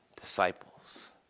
disciples